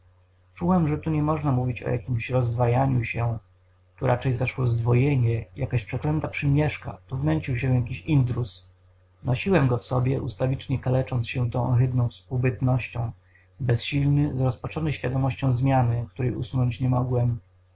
czułem że tu nie można mówić o jakiemś rozdwajaniu się tu raczej zaszło zdwojenie jakaś przeklęta przymieszka tu wnęcił się jakiś intruz nosiłem go sobie ustawicznie kalecząc się tą ohydną współbytnością bezsilny zrozpaczony świadomością zmiany której usunąć nie mogłem